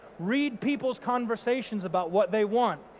read people's conversations about what they want,